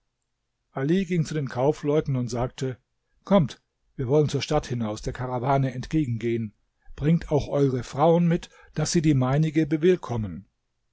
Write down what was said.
ali ging zu den kaufleuten und sagte kommt wir wollen zur stadt hinaus der karawane entgegengehen bringt auch eure frauen mit daß sie die meinige bewillkommen